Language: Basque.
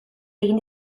egin